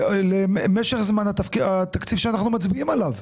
למשך זמן התקציב שאנחנו מצביעים עליו?